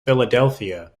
philadelphia